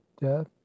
death